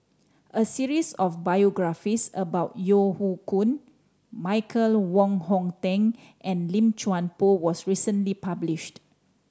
a series of biographies about Yeo Hoe Koon Michael Wong Hong Teng and Lim Chuan Poh was recently published